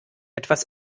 etwas